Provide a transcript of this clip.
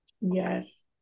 Yes